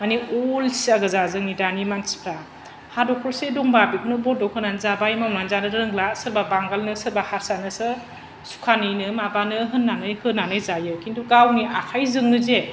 मानि अलसिया गोजा जोंनि दानि मानसिफ्रा हा दखरसेफोर दंबा बेखौनो बन्दक होनानै जाबाय मावनानै जानो रोंला सोरबा बांगालनो सोरबा हारसानोसो सुखानि नो माबा नो होननानै होनानै जायो खिन्थु गावनि आखाइजोंनो जे